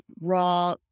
raw